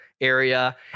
area